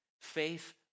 faith